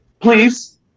please